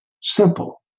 Simple